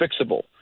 fixable